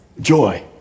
Joy